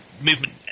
movement